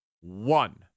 One